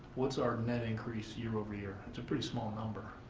what' our net increase year over year? it's a pretty small number,